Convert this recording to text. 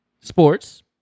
sports